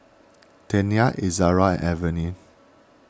Tena Ezerra and Avene